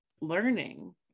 learning